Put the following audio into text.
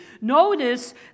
Notice